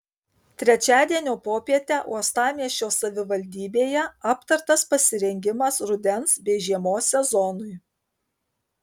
trečiadienio popietę uostamiesčio savivaldybėje aptartas pasirengimas rudens bei žiemos sezonui